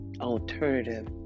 alternative